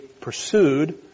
pursued